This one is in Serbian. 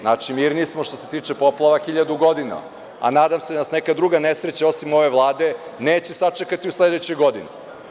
Znači, mirniji smo što se tiče poplava 1000 godina, a nadam se da nas neka druga nesreća osim ove Vlade neće sačekati u sledećoj godini.